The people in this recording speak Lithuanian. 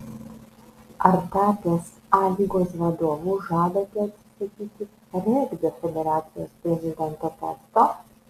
ar tapęs a lygos vadovu žadate atsisakyti regbio federacijos prezidento posto